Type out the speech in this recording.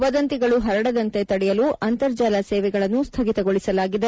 ವದಂತಿಗಳು ಪರಡದಂತೆ ತಡೆಯಲು ಅಂತರ್ಜಾಲ ಸೇವೆಗಳನ್ನು ಸ್ವಗಿತಗೊಳಿಸಲಾಗಿದೆ